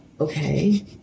okay